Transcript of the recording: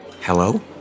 Hello